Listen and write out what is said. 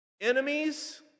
Enemies